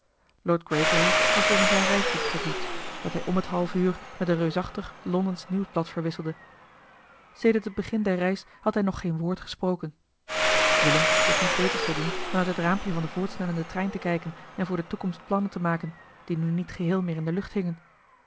greybury was weer in zijn reisboek verdiept dat hij om het half uur met een reusachtig londensch nieuwsblad verwisselde sedert het begin der reis had hij nog geen woord gesproken willem wist niet beters te doen dan uit het raampje van den voortsnellenden trein te kijken en voor de toekomst plannen te maken die nu niet geheel meer in de lucht hingen